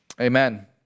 Amen